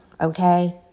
okay